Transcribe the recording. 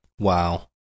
Wow